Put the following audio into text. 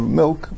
milk